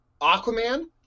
aquaman